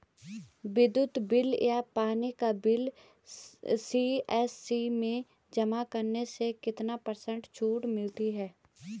विद्युत बिल या पानी का बिल सी.एस.सी में जमा करने से कितने पर्सेंट छूट मिलती है?